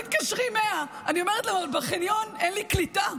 תתקשרי 100. אני אומרת להם: אבל בחניון אין לי קליטה,